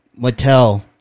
Mattel